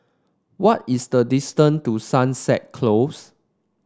what is the distance to Sunset Close